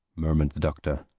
murmured the doctor.